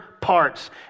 parts